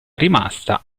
rimasta